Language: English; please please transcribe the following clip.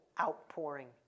outpouring